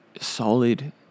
solid